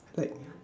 like